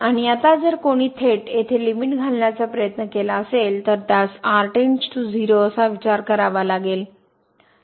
आणि आता जर कोणी थेट येथे लिमिट घालण्याचा प्रयत्न केला असेल तर त्यास r → 0 असा विचार करावा लागेल